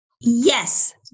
Yes